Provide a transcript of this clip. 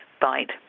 bite